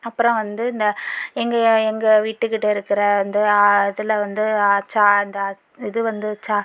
அப்புறம் வந்து இந்த எங்கயை எங்க வீட்டு கிட்ட இருக்கிற வந்து அதில் வந்து அந்த இது வந்து